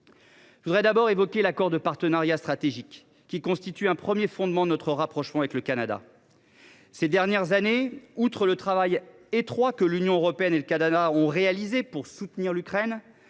Je veux d’abord évoquer l’accord de partenariat stratégique, qui constitue un premier fondement de notre rapprochement avec le Canada. Ces dernières années, outre le travail étroit qu’ils ont réalisé pour soutenir l’Ukraine,